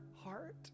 heart